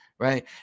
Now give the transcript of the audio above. Right